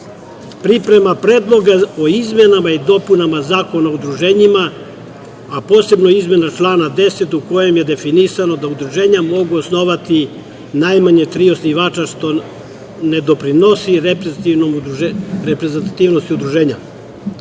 priprema predloga o izmenama i dopunama Zakona o udruženjima, a posebno izmena člana 10. u kojem je definisano da udruženja mogu osnovati najmanje tri osnivača, što ne doprinosi reprezentativnosti udruženja. Savez